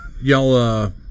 Y'all